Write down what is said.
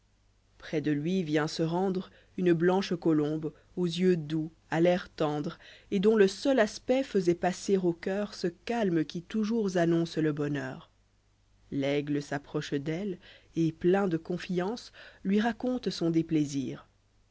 près de lui vient se rendre une blanche colombe aux yeux doux à l'air tendre et dont le seul aspect faisoit passer au coeur ce calme qui toujours annonce le bonheur l'aigle s'approche d'elle et plein de confiance lui raconte son déplaisir